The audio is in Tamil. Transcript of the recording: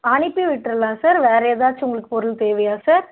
அனுப்பிவிட்ரலாம் சார் வேறு ஏதாச்சும் உங்களுக்கு பொருள் தேவையா சார்